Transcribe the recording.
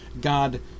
God